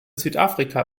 südafrika